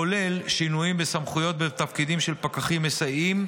כולל שינויים בסמכויות ובתפקידים של פקחים מסייעים,